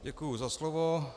Děkuji za slovo.